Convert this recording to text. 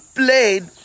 played